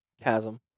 chasm